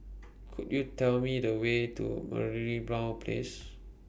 Could YOU Tell Me The Way to Merlimau Place